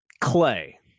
Clay